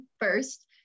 first